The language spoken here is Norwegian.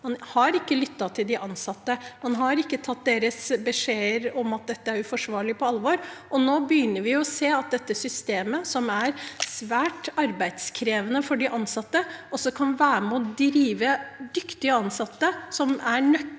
at man ikke har lyttet til de ansatte, og man har ikke tatt på alvor deres beskjeder om at dette er uforsvarlig. Nå begynner vi å se at dette systemet, som er svært arbeidskrevende for de ansatte, også kan være med på å drive dyktige ansatte, som er